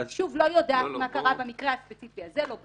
אני לא יודעת מה קרה במקרה הספציפי הזה, לא בדקתי,